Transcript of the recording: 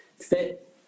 fit